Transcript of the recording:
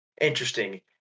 interesting